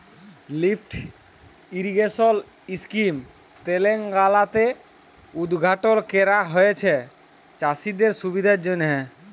lift irrigation scheme তেলেঙ্গালাতে উদঘাটল ক্যরা হঁয়েছে চাষীদের সুবিধার জ্যনহে